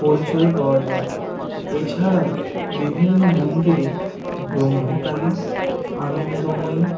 পরিচয় পাওয়া যায় এছাড়াও বিভিন্ন মন্দিরে ব্রহ্মকালী আনন্দময়ী